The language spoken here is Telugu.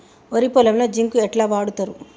వరి పొలంలో జింక్ ఎట్లా వాడుతరు?